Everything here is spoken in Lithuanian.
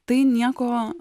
tai nieko